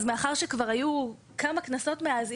מאחר וכבר והיו כמה כנסות מאז,